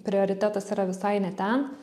prioritetas yra visai ne ten